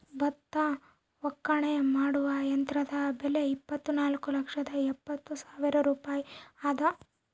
ಭತ್ತ ಒಕ್ಕಣೆ ಮಾಡುವ ಯಂತ್ರದ ಬೆಲೆ ಇಪ್ಪತ್ತುನಾಲ್ಕು ಲಕ್ಷದ ಎಪ್ಪತ್ತು ಸಾವಿರ ರೂಪಾಯಿ ಅದ